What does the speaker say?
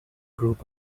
group